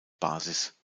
basis